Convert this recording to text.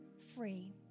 free